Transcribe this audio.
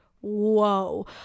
Whoa